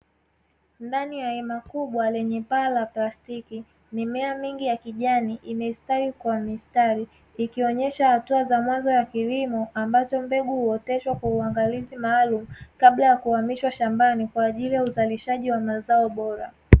Ndani ya hema kubwa lenye paa la plastiki, mimea mingi ya kijani imestawi kwa mstari ikionyesha hatua za mwanzo za kilimo ambacho mbegu huoteshwa kwa uangalizi maalumu, kabla ya kuhamishwa shambani kwa ajili ya uzalishaji wa mazao bora.